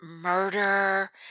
murder